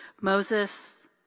Moses